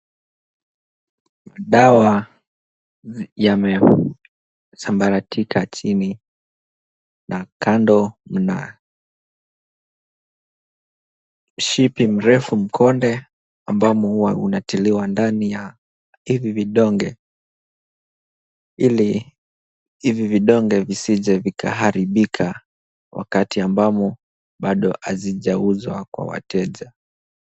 Dawa yamesambaratika chini na kando kuna mshipi mrefu mkonde ambamo huwa unatiliwa ndani ya hivi vidonge ili hivi vidonge visije vikaharibika wakati ambamo bado hazijauzwa kwa wateja.